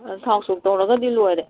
ꯊꯥꯎ ꯁꯣꯛ ꯇꯧꯔꯒꯗꯤ ꯂꯣꯏꯔꯦ